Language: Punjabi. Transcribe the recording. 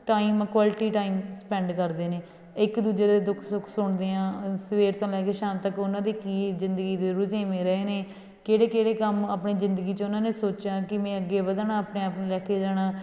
ਟਾਈਮ ਕੁਆਲਿਟੀ ਟਾਈਮ ਸਪੈਂਡ ਕਰਦੇ ਨੇ ਇੱਕ ਦੂਜੇ ਦੇ ਦੁੱਖ ਸੁੱਖ ਸੁਣਦੇ ਹਾਂ ਸਵੇਰ ਤੋਂ ਲੈ ਕੇ ਸ਼ਾਮ ਤੱਕ ਉਹਨਾਂ ਦੀ ਕੀ ਜ਼ਿੰਦਗੀ ਦੇ ਰੁਝੇਵੇਂ ਰਹੇ ਨੇ ਕਿਹੜੇ ਕਿਹੜੇ ਕੰਮ ਆਪਣੇ ਜ਼ਿੰਦਗੀ 'ਚ ਉਹਨਾਂ ਨੇ ਸੋਚਿਆ ਕਿ ਮੈਂ ਅੱਗੇ ਵਧਣਾ ਆਪਣੇ ਆਪ ਨੂੰ ਲੈ ਕੇ ਜਾਣਾ